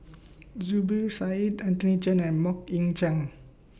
Zubir Said Anthony Chen and Mok Ying Jang